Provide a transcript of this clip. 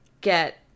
get